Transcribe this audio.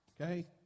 Okay